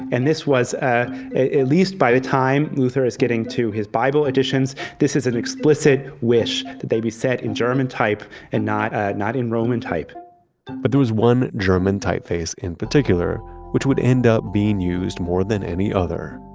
and this was ah at least by the time luther is getting to his bible editions, this is an explicit wish that they be set in german type and not ah not in roman type but there was one german typeface in particular which would end up being used more than any other,